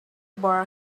bar